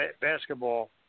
basketball